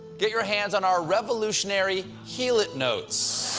get your hands on our revolutionary heal-it notes.